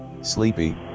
sleepy